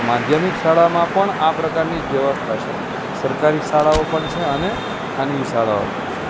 તો માધ્યમિક શાળામાં પણ આ પ્રકારની જ વ્યવસ્થા છે સરકારી શાળાઓ પણ છે અને ખાનગી શાળાઓ પણ છે